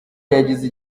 yageze